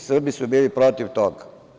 Srbi su bili protiv toga.